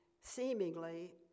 seemingly